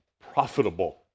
profitable